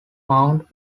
mount